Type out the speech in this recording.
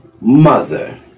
mother